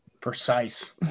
Precise